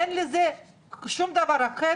אין לזה שום דבר אחר.